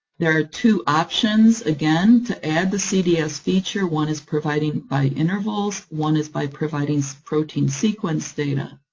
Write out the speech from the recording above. there are two options, again, to add the cds feature. one is providing by intervals, one is by providing so protein sequence data.